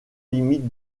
limite